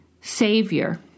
Savior